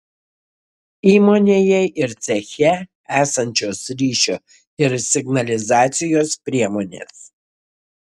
įmonėje ir ceche esančios ryšio ir signalizacijos priemonės